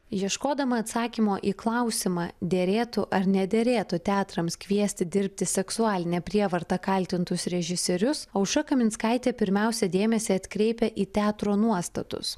ieškodama atsakymo į klausimą derėtų ar nederėtų teatrams kviesti dirbti seksualine prievarta kaltintus režisierius aušra kaminskaitė pirmiausia dėmesį atkreipia į teatro nuostatus